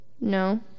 No